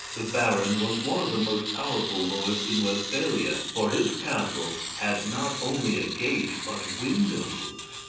the baron was one of the most powerful lords in westphalia, for his castle had not only a gate, but windows.